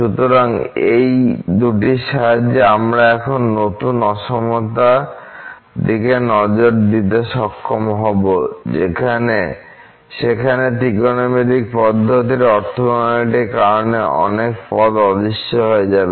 সুতরাং এই দুটির সাহায্যে আমরা এখন নতুন অসমতার দিকে নজর দিতে সক্ষম হব যেখানে ত্রিকোণমিতিক পদ্ধতির অর্থগোনালিটির কারণে অনেক পদ অদৃশ্য হয়ে যাবে